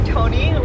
Tony